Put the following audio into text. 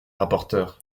rapporteure